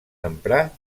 emprar